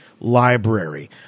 library